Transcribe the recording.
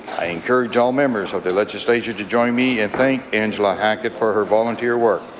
i encourage all members of the legislature to join me and thank angela hackett for her volunteer work.